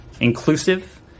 inclusive